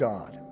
God